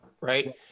right